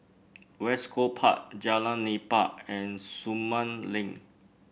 West Coast Park Jalan Nipah and Sumang Link